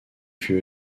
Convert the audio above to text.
fut